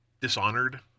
Dishonored